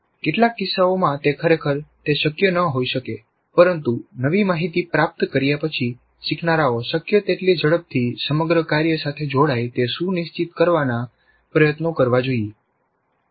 કેટલાક કિસ્સાઓમાં તે ખરેખર તે શક્ય ન હોઈ શકે પરંતુ નવી માહિતી પ્રાપ્ત કર્યા પછી શીખનારાઓ શક્ય તેટલી ઝડપથી સમગ્ર કાર્ય સાથે જોડાય તે સુનિશ્ચિત કરવાના પ્રયત્નો કરવા જોઈએ